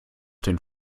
den